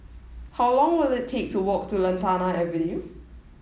how long will it take to walk to Lantana Avenue